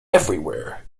everywhere